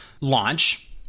launch